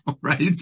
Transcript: right